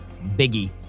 Biggie